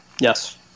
Yes